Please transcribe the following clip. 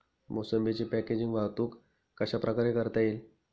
मोसंबीची पॅकेजिंग वाहतूक कशाप्रकारे करता येईल?